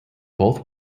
both